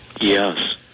yes